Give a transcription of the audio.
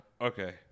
Okay